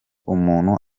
umuntu